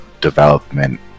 development